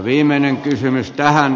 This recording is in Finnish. viimeinen kysymys tähän